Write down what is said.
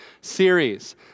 series